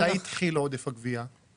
ומתי התחיל עודף הגבייה?